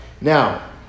Now